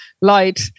light